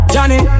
Johnny